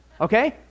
okay